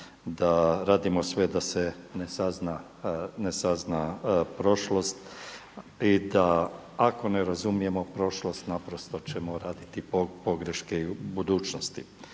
da radimo sve da se ne sazna prošlost i da ako ne razumijemo prošlost naprosto ćemo radi pogreške i u budućnosti.